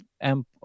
amp